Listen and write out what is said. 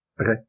okay